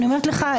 אני אומרת לך,